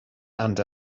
and